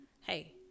hey